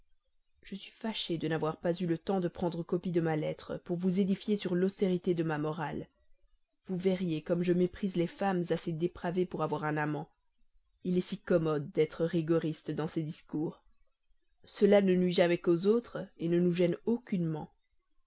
je suis fâchée de n'avoir pas le temps de prendre copie de ma lettre pour vous édifier sur l'austérité de ma morale vous verriez comme je méprise les femmes assez dépravées pour avoir un amant il est si commode d'être rigoriste dans ses discours cela ne nuit jamais qu'aux autres ne nous gêne aucunement